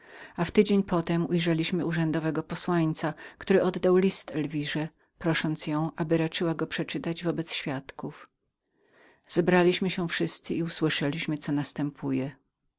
i w tydzień potem ujrzeliśmy urzędowego posłańca który oddał list elwirze prosząc ją aby raczyła go przeczytać w obec świadków zebraliśmy się wszyscy i usłyszeliśmy co następuje